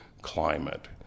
climate